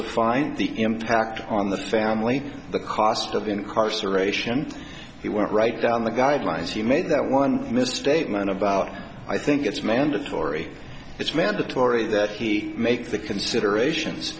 a fine the impact on the family the cost of incarceration he went right down the guidelines he made that one misstatement about i think it's mandatory it's mandatory that he make the considerations